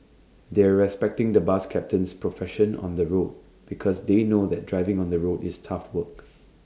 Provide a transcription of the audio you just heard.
they're respecting the bus captain's profession on the road because they know that driving on the road is tough work